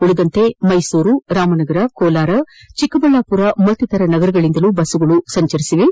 ಉಳಿದಂತೆ ಮೈಸೂರು ರಾಮನಗರ ಕೋಲಾರ ಚಿಕ್ಕಬಳ್ಳಾಮರ ಮತ್ತಿತರ ನಗರಗಳಿಂದಲೂ ಬಸ್ಗಳು ಸಂಚರಿಸಿದವು